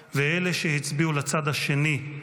אלה שהצביעו לצד זה של הבית ואלה שהצביעו לצד השני: